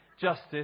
justice